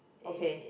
okay